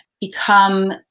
become